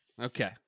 Okay